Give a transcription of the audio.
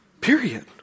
Period